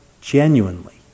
genuinely